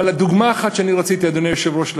אבל דוגמה אחת רציתי להביא, אדוני היושב-ראש.